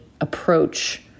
approach